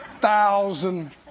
Thousand